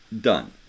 Done